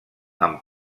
amb